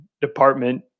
department